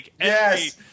Yes